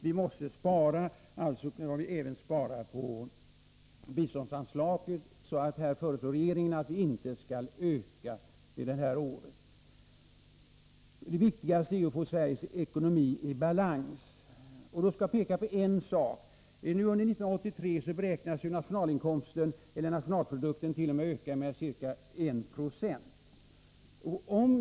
Vi måste spara, även på biståndsanslaget. Därför föreslår regeringen att vi inte skall öka anslaget nästa budgetår. Det viktigaste är att få Sveriges ekonomi i balans. Jag skall här peka på en sak. Under 1983 beräknas nationalprodukten öka med ca 1 20.